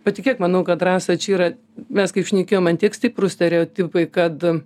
patikėk manau kad rasa čia yra mes kaip šnekėjom ant tiek stiprūs stereotipai kad